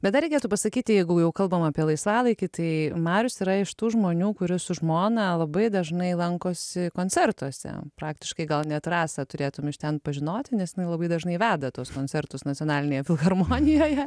bet dar reikėtų pasakyti jeigu jau kalbam apie laisvalaikį tai marius yra iš tų žmonių kuris su žmona labai dažnai lankosi koncertuose praktiškai gal net ir rasą turėtum iš ten pažinoti nes labai dažnai veda tuos koncertus nacionalinėje filharmonijoje